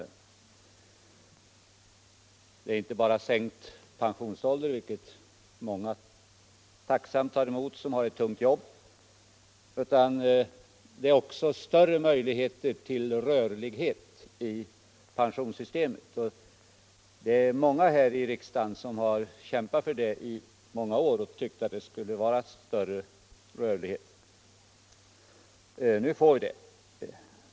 De innebär inte bara 95 sänkt pensionsålder, vilket många som har ett tungt jobb tacksamt tar emot, utan också större möjlighet till rörlighet i pensionssystemet. Det är många här i riksdagen som under flera år har kämpat för sådan större rörlighet. Nu får vi det.